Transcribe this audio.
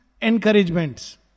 encouragements